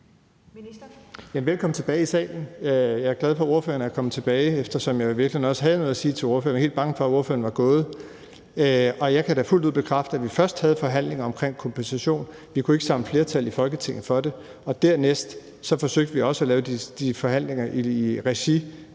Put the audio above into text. Velkommen tilbage i salen. Jeg er glad for, at ordføreren er kommet tilbage, eftersom jeg i virkeligheden også havde noget at sige til ordføreren og var helt bange for, at ordføreren var gået. Jeg kan da fuldt ud bekræfte, at vi først havde forhandlinger omkring kompensation. Vi kunne ikke samle flertal i Folketinget for det. Dernæst forsøgte vi også at lave de forhandlinger i regi